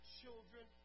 children